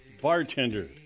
bartender